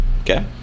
Okay